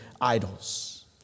idols